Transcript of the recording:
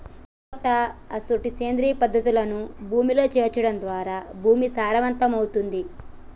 పచ్చిరొట్ట అసొంటి సేంద్రియ పదార్థాలను భూమిలో సేర్చడం ద్వారా భూమి సారవంతమవుతుంది